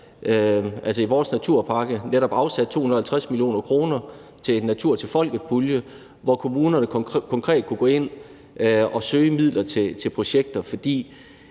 i vores naturpakke netop afsatte 250 mio. kr. til en natur til folket-pulje, hvor kommunerne konkret kunne gå ind og søge midler til projekter, fordi